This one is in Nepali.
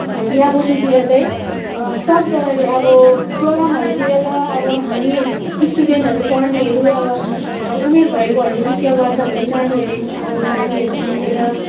बिहाबटुलतिर चाहिँ सबजनाले अब प्रोग्रामहरूतिर त अब हामी स्टुडेन्टहरू पढ्नेहरू अब उमेर भएकोहरूले नृत्य गर्छ भने नानीहरूले अब नानीहरूदेखि लिएर